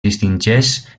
distingeix